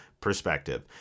perspective